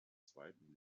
zweiten